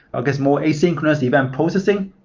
i guess, more asynchronous event processing,